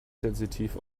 sensitiv